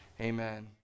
amen